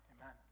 amen